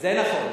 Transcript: זה נכון.